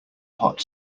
hot